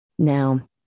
Now